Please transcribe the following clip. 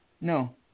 No